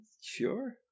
Sure